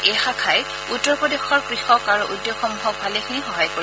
এই শাখাই উত্তৰ প্ৰদেশৰ কৃষক আৰু উদ্যোগসমূহক ভালেখিনি সহায় কৰিব